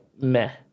meh